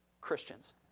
Christians